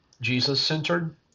Jesus-centered